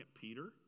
Peter